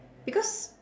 because